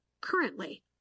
currently